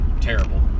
terrible